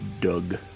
Doug